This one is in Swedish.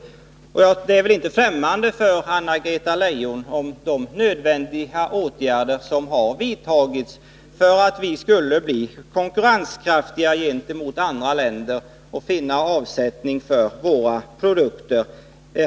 Anna-Greta Leijon är väl inte ffrämmande för de nödvändiga åtgärder som har vidtagits för att vi skall bli konkurrenskraftiga gentemot andra länder och finna avsättning för våra produkter.